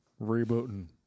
rebooting